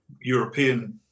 European